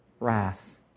wrath